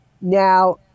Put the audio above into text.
Now